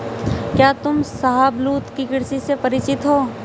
क्या तुम शाहबलूत की कृषि से परिचित हो?